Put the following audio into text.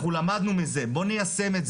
אנחנו למדנו מזה אז בוא ניישם,